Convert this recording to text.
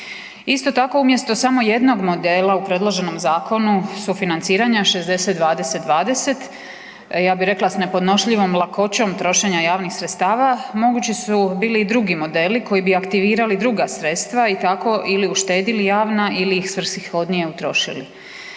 Isto tako umjesto samo jednog modela u predloženom Zakonu sufinanciranja 60-20-20, ja bih rekla s nepodnošljivom lakoćom trošenja javnih sredstava mogući su bili i drugi modeli koji bi aktivirali druga sredstva i tako ili uštedili javna, ili ih svrsishodnije utrošili,